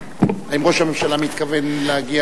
האם ראש הממשלה מתכוון להגיע?